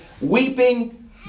weeping